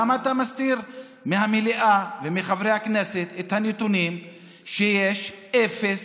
למה אתה מסתיר מהמליאה ומחברי הכנסת את הנתונים שיש אפס,